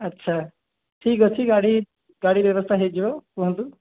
ଆଚ୍ଛା ଠିକ୍ ଅଛି ଗାଡ଼ି ଗାଡ଼ି ବ୍ୟବସ୍ଥା ହେଇଯିବ କୁହନ୍ତୁ